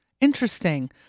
Interesting